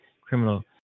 criminal